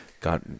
got